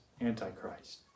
Antichrist